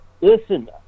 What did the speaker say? listen